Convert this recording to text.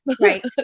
Right